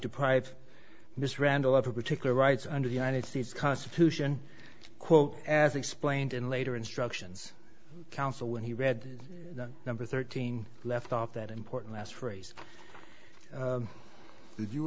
deprive mr randall of a particular rights under the united states constitution quote as explained in later instructions counsel when he read number thirteen left off that important last phrase did you